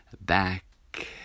back